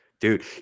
Dude